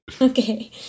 Okay